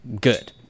good